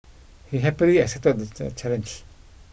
he happily accepted the the challenge